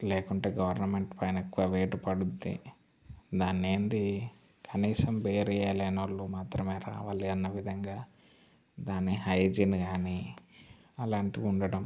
లేకుంటే గవర్నమెంట్ పైన ఎక్కువ వేటు పడుద్ది దాన్ని ఏంది కనీసం పేరియలేని వాళ్ళు మాత్రమే రావాలి అన్న విధంగా కానీ హైజిన్ అని అలాంటివి ఉండటం